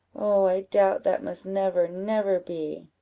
oh, i doubt that must never, never be!